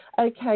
Okay